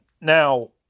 Now